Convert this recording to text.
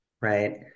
right